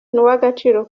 uw’agaciro